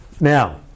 Now